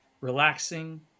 relaxing